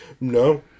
No